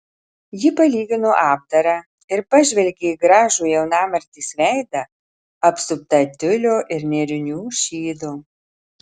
ji palygino apdarą ir pažvelgė į gražų jaunamartės veidą apsuptą tiulio ir nėrinių šydo